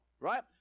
right